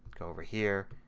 go over here,